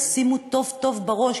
תכניסו טוב-טוב לראש,